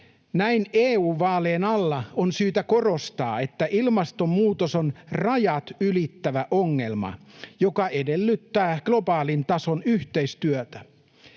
Näin EU-vaalien alla on syytä korostaa, että ilmastonmuutos on rajat ylittävä ongelma, joka edellyttää globaalin tason yhteistyötä.